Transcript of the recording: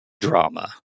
drama